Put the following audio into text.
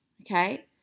okay